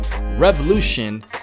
revolution